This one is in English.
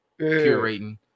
curating